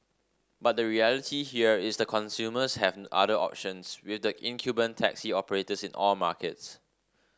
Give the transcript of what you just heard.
but the reality here is that consumers have other options with the incumbent taxi operators in all markets